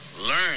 Learn